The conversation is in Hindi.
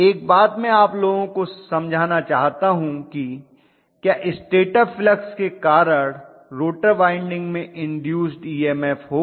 एक बात मैं आप लोगों को समझाना चाहता हूं कि क्या स्टेटर फ्लक्स के कारण रोटर वाइंडिंग में इन्दूस्ड ईएमएफ होगा